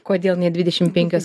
kodėl nė dvidešimt penkios